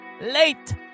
late